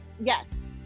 yes